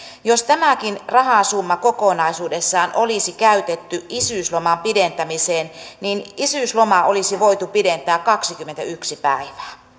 jos tämäkin rahasumma kokonaisuudessaan olisi käytetty isyysloman pidentämiseen niin isyyslomaa olisi voitu pidentää kaksikymmentäyksi päivää